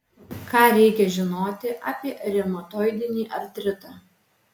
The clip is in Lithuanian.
ką reikia žinoti apie reumatoidinį artritą